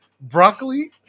Broccoli